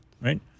right